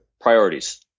priorities